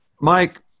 mike